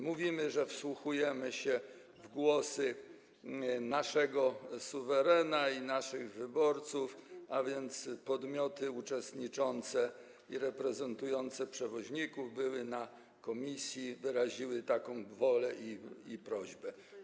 Mówimy, że wsłuchujemy się w głosy naszego suwerena, naszych wyborców, a więc podmioty w tym uczestniczące i reprezentujące przewoźników były na posiedzeniu komisji i wyraziły taką wolę i prośbę.